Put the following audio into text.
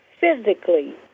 physically